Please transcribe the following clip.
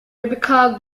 rebecca